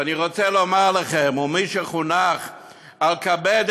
ואני רוצה לומר לכם: מי שחונך על כבד